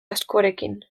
askorekin